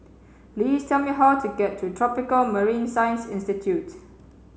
please tell me how to get to Tropical Marine Science Institute